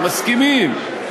מסכימים.